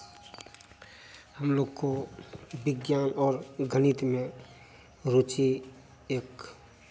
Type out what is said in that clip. हम लोग को विज्ञान और गणित में रुचि एक